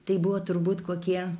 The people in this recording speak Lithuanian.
tai buvo turbūt kokie